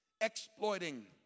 exploiting